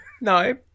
No